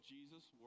Jesus